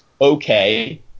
okay